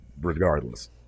regardless